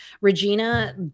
Regina